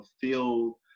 feel